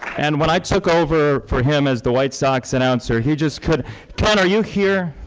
and when i took over for him as the white sox announcer, he just could ken, are you here?